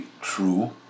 true